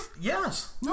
Yes